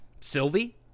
Sylvie